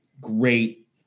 great